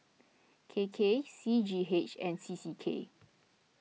K K C G H and C C K